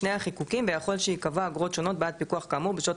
שני החיקוקים "ככל שייקבע אגרות שונות בעד פיקוח כאמור בשעות